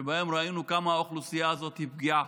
שבהן ראינו כמה האוכלוסייה הזאת היא פגיעה,